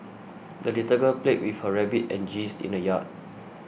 the little girl played with her rabbit and geese in the yard